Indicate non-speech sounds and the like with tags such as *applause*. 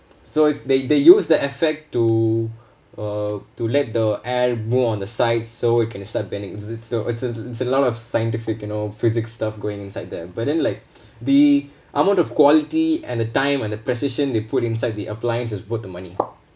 so if they they use the effect to uh to let the air move on the sides so it can start bending it so it's a it's a lot of scientific and all physics stuff going inside there but then like *noise* the amount of quality and the time and the precision they put inside the appliances is worth the money *noise*